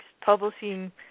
publishing